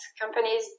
companies